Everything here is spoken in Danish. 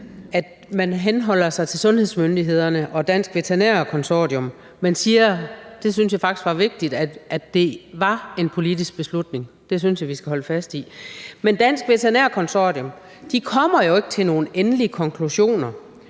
at man henholder sig til sundhedsmyndighederne og Dansk Veterinær Konsortium, men siger – det synes jeg faktisk var vigtigt – at det var en politisk beslutning; det synes jeg vi skal holde fast i. Men Dansk Veterinær Konsortium kommer jo ikke til nogle endelige konklusioner.